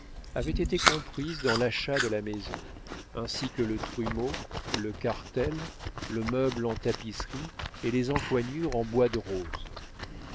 avait été comprise dans l'achat de la maison ainsi que le trumeau le cartel le meuble en tapisserie et les encoignures en bois de rose